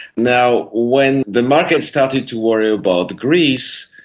now, when the market started to worry about greece,